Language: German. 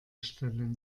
stellen